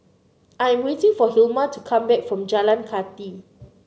I'm waiting for Hilma to come back from Jalan Kathi